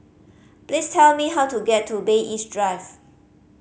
please tell me how to get to Bay East Drive